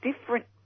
different